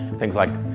things like